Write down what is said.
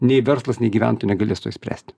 nei verslas nei gyventojai negalės to išspręsti